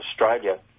Australia